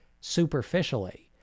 superficially